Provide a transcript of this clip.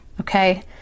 okay